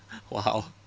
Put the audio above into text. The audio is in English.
!wow!